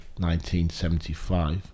1975